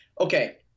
Okay